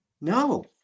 No